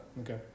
Okay